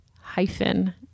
hyphen